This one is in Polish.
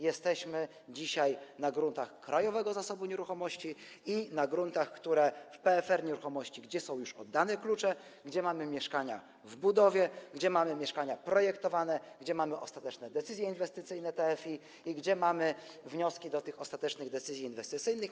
Jesteśmy dzisiaj na gruntach Krajowego Zasobu Nieruchomości i na gruntach PFR Nieruchomości, gdzie są już oddane klucze, gdzie mamy mieszkania w budowie, gdzie mamy mieszkania projektowane, gdzie mamy ostateczne decyzje inwestycyjne TFI i gdzie mamy wnioski do tych ostatecznych decyzji inwestycyjnych.